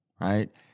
right